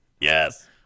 Yes